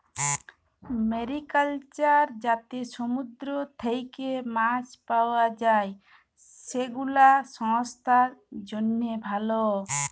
mariculture যাতে সমুদ্র থেক্যে মাছ পাওয়া যায়, সেগুলাসাস্থের জন্হে ভালো